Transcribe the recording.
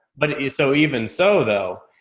but so even so though,